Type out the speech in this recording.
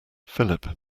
philip